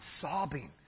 sobbing